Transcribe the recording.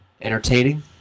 Entertaining